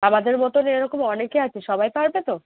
আমাদের মতন এরকম অনেকে আছে সবাই পারবে তো